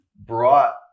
brought